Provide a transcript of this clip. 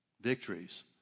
victories